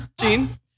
Gene